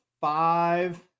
five